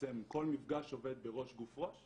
בעצם כל מפגש עובד בראש, גוף, ראש